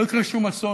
לא יקרה שום אסון,